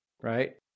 right